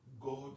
God